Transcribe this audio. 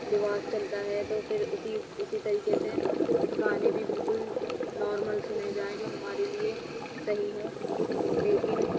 لباس چلتا ہے تو پھر اسی اسی طریقے سے گانے بھی بالکل نارمل سنے جائیں جو ہمارے لئے صحیح ہوں لیکن